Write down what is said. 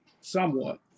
somewhat